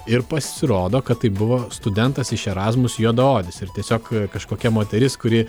ir pasirodo kad tai buvo studentas iš erasmus juodaodis ir tiesiog kažkokia moteris kuri